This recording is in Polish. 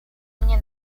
mnie